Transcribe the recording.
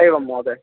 एवं महोदय